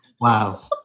Wow